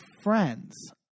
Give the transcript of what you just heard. friends